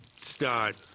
Start